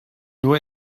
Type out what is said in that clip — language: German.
nur